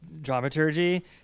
dramaturgy